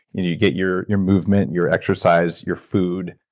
you get your your movement, your exercise, your food,